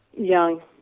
young